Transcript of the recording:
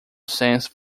sense